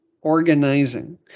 organizing